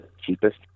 cheapest